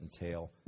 entail